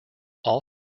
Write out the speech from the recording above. all